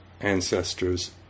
ancestors